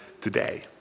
today